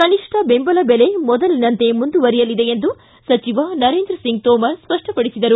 ಕನಿಷ್ಠ ಬೆಂಬಲ ಬೆಲೆ ಮೊದಲಿನಂತೆ ಮುಂದುವರಿಯಲಿದೆ ಎಂದು ಸಚಿವ ನರೇಂದ್ರ ಸಿಂಗ್ ತೋಮರ್ ಸ್ಪಷ್ಪಪಡಿಸಿದರು